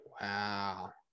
wow